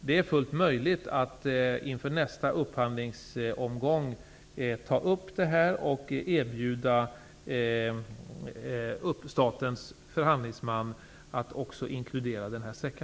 Det är fullt möjligt att inför nästa upphandlingsomgång ta upp frågan med statens förhandlingsman om att också inkludera denna sträcka.